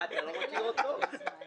אנחנו מתגלגלים עם זה הרבה שנים,